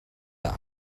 dda